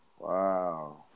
Wow